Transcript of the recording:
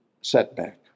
setback